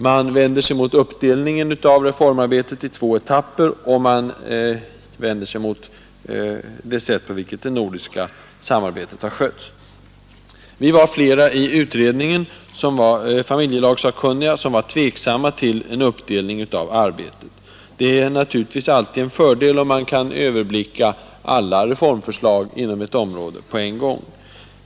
Man vänder sig mot uppdelningen av reformarbetet i två etapper, och man vänder sig mot det sätt på vilket det nordiska samarbetet har skötts. Vi var flera i utredningen som var tveksamma till uppdelningen av arbetet. Det är naturligtvis alltid en fördel om man kan överblicka hela förslaget på en gång.